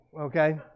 okay